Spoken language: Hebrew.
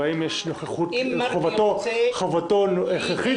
והאם חובתו הכרחית?